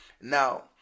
Now